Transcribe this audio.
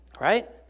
right